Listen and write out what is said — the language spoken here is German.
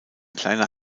kleiner